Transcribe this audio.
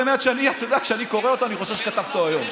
ובאמת כשאני קורא אותו אני חושב שהוא כתב אותו היום,